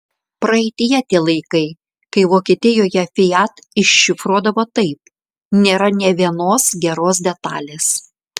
praeityje tie laikai kai vokietijoje fiat iššifruodavo taip nėra nė vienos geros detalės